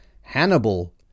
Hannibal